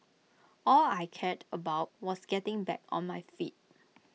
all I cared about was getting back on my feet